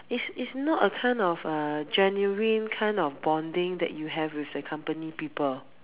is is not a kind of a genuine kind of bonding that you have with the company people